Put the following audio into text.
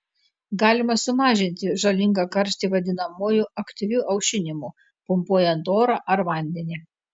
galima sumažinti žalingą karštį vadinamuoju aktyviu aušinimu pumpuojant orą ar vandenį